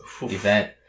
event